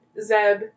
Zeb